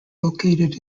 located